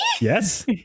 Yes